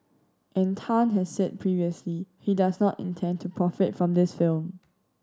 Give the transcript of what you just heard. and Tan has said previously he does not intend to profit from this film